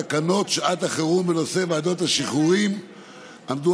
תקנות שעת החירום בנושא ועדות השחרורים עמדו